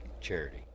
charity